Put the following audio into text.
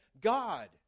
God